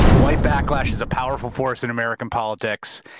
white backlash is a powerful force in american politics.